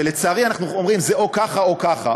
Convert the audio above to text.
ולצערי, אנחנו אומרים: זה או ככה או ככה.